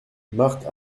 marthe